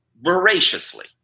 voraciously